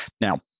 Now